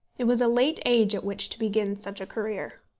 it was a late age at which to begin such a career.